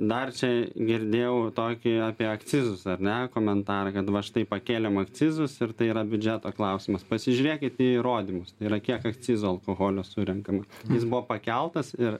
dar čia girdėjau tokį apie akcizus ar ne komentarą kad va štai pakėlėm akcizus ir tai yra biudžeto klausimas pasižiūrėkit į įrodymus tai yra kiek akcizo alkoholio surenkama jis buvo pakeltas ir